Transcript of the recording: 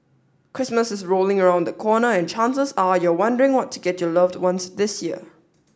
Christmas is rolling around the corner and chances are you're wondering what to get your loved ones this year